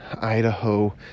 idaho